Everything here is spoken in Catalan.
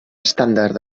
estàndard